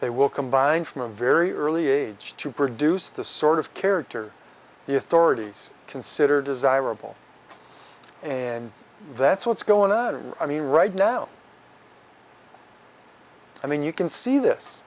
they will combine from a very early age to produce the sort of character the authorities consider desirable and that's what's going on i mean right now i mean you can see this